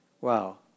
Wow